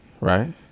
Right